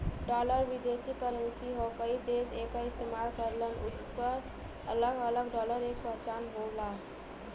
dollar विदेशी currency हौ कई देश एकर इस्तेमाल करलन उनकर अलग अलग डॉलर क पहचान होला